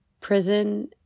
prison